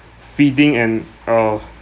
feeding and uh